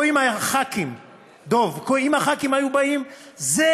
או אם חברי הכנסת היו באים ואומרים,